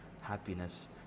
happiness